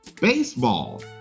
Baseball